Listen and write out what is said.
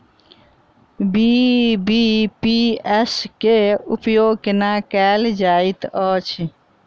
BBPS केँ उपयोग केना कएल जाइत अछि?